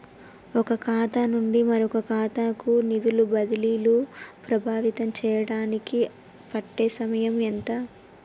ఒక ఖాతా నుండి మరొక ఖాతా కు నిధులు బదిలీలు ప్రభావితం చేయటానికి పట్టే సమయం ఎంత?